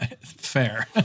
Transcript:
Fair